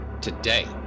today